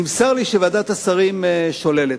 נמסר לי שוועדת השרים שוללת.